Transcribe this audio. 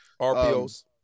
RPOs